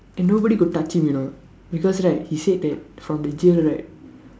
and nobody could touch him you know because right he said that from the jail right